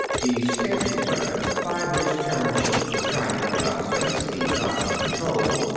the standard equipment by which terran ships were guided in outspace, the johnson control,